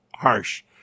harsh